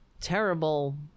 terrible